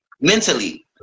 Mentally